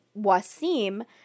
Wasim